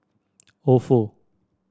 Ofo